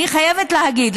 אני חייבת להגיד,